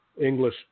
English